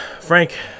Frank